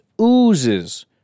oozes